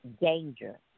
danger